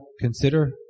consider